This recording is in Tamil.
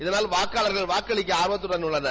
இதனால் வாக்காளர்கள் வாக்களிக்க ஆர்வத்தடன் உள்ளனர்